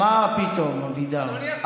מה פתאום, אבידר?